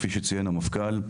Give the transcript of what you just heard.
כפי שציין המפכ"ל,